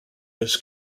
his